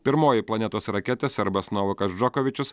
pirmoji planetos raketė serbas novakas džokovičius